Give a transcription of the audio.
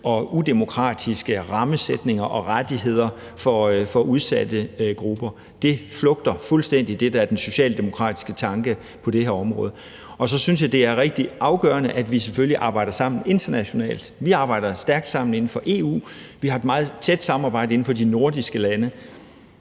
og udemokratiske rammesætninger og rettigheder for udsatte grupper. Og det flugter fuldstændig med det, der er den socialdemokratiske tanke på det her område. Så synes jeg, det er rigtig afgørende, at vi selvfølgelig arbejder sammen internationalt. Vi arbejder stærkt sammen inden for EU, og vi har et meget tæt samarbejde inden for de nordiske lande.